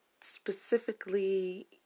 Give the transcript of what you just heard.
specifically